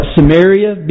Samaria